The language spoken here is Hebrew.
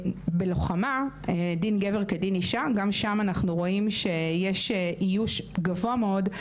בלוחמה- דין גבר כדין אישה וגם שם אנחנו רואים שיש איוש גבוה מאוד.